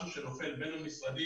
זה משהו שנופל בין המשרדים,